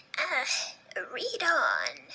read on!